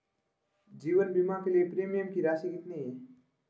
जीवन बीमा के लिए प्रीमियम की राशि कितनी है?